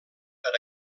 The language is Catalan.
per